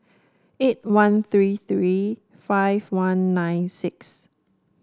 eight one three three five one nine six